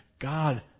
God